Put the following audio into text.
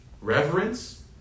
reverence